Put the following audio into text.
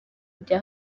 bya